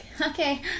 okay